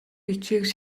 бичгийг